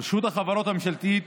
רשות החברות הממשלתיות